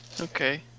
Okay